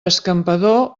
escampador